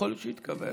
יכול להיות שזה יתקבל.